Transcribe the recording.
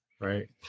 Right